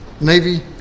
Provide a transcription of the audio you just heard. Navy